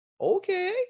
Okay